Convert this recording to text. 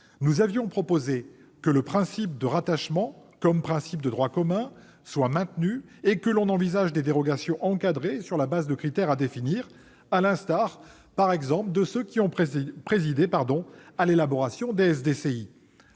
Nous avions proposé que le principe de rattachement comme principe de droit commun soit maintenu et que l'on envisage des dérogations encadrées sur la base de critères à définir, à l'instar de ceux qui ont présidé à l'élaboration des